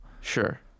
Sure